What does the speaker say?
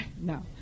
No